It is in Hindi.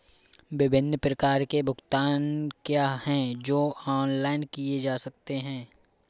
विभिन्न प्रकार के भुगतान क्या हैं जो ऑनलाइन किए जा सकते हैं?